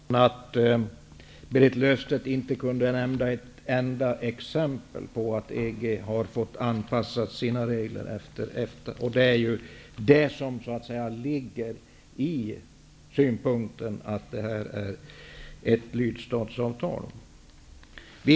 Herr talman! Jag noterar att Berit Löfstedt inte kunde nämna ett enda exempel på att EG har fått anpassa sina regler efter EFTA. Det tyder på att detta är ett lydstatsavtal.